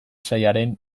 sailaren